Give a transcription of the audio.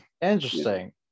interesting